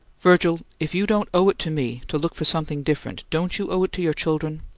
virgil, if you don't owe it to me to look for something different, don't you owe it to your children?